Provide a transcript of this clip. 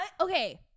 okay